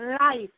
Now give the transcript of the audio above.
life